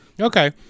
okay